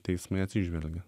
teismai atsižvelgia